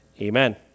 Amen